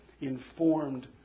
informed